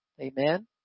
Amen